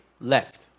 left